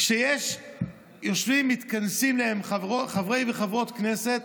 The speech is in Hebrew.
כשיושבים ומתכנסים להם חברי וחברות כנסת,